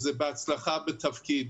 בהצלחה בתפקיד.